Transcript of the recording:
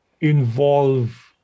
involve